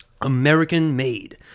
American-made